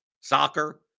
soccer